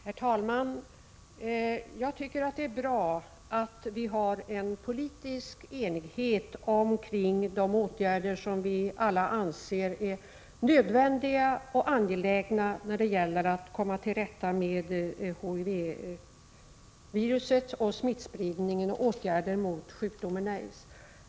Herr talman! Jag tycker det är bra att vi har politisk enighet omkring de åtgärder som vi alla anser är nödvändiga och angelägna när det gäller att komma till rätta med HIV-virusets smittspridning och mot sjukdomen aids.